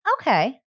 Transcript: Okay